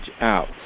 out